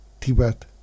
Tibet